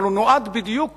אבל הוא נועד בדיוק